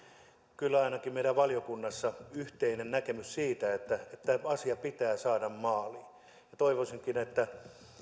kyllä ainakin meillä valiokunnassa yhteinen näkemys siitä että tämä asia pitää saada maaliin toivoisinkin että